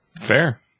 Fair